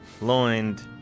loined